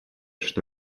что